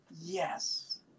Yes